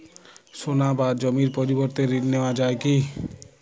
সোনা বা জমির পরিবর্তে ঋণ নেওয়া যায় কী?